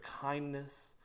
kindness